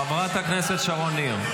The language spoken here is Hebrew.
--- מאחד בערוץ 14. חברת הכנסת שרון ניר,